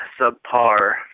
subpar